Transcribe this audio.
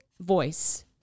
voice